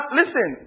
listen